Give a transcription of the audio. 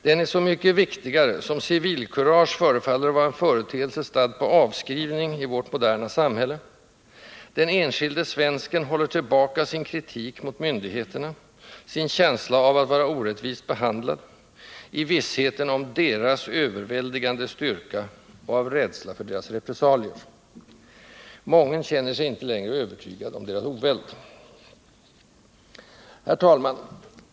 Den är så mycket viktigare som civilkurage förefaller att vara en företeelse stadd på avskrivning i vårt moderna samhälle: den enskilde svensken håller tillbaka sin kritik mot myndigheterna, sin känsla av att vara orättvist behandlad, i vissheten om deras överväldigande styrka och av rädsla för deras repressalier. Mången känner sig inte längre övertygad om deras oväld. Herr talman!